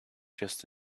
just